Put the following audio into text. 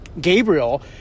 Gabriel